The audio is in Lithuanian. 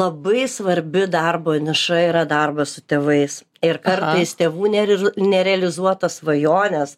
labai svarbi darbo niša yra darbas su tėvais ir kartais tėvų nerizo ir nerealizuotos svajonės